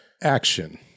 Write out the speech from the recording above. Action